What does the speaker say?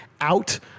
out